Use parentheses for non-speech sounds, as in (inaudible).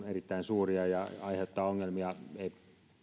(unintelligible) erittäin suuria ja se aiheuttaa ongelmia ei